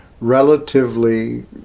relatively